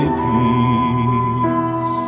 peace